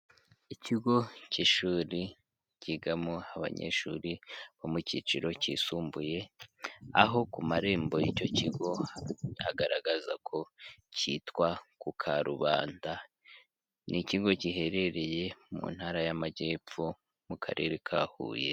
Ikigo cy'ishuri ryigamo abanyeshuri bo mu cyiciro kisumbuye, aho ku marembo y'icyo kigo hagaragaza ko cyitwa ku Karubanda, ni ikigo giherereye mu ntara y'amajyepfo mu karere ka Huye.